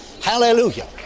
Hallelujah